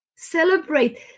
Celebrate